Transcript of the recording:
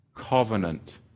Covenant